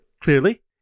clearly